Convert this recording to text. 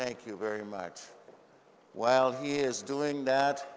thank you very much while he is doing that